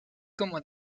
como